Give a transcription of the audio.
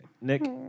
Nick